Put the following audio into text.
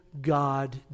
God